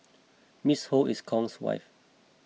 Ms Ho is Kong's wife